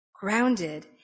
grounded